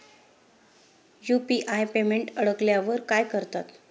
UPI payment अडकल्यावर काय करतात?